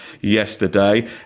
yesterday